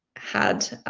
had